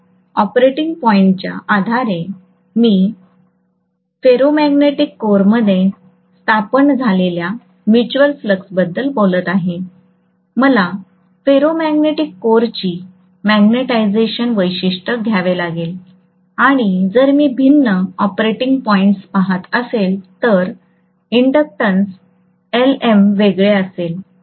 आता ऑपरेटिंग पॉईंटच्या आधारे मी फेर्युमॅग्नेटिक कोअरमध्ये स्थापन झालेल्या म्युच्युअल फ्लक्सबद्दल बोलत आहे मला फेरोमॅग्नेटिक कोरची मॅग्नेटिझेशन वैशिष्ट्य घ्यावे लागेल आणि जर मी भिन्न ऑपरेटिंग पॉईंट्स पहात असेल तर इंडक्शनन्स एलएम वेगळे असेल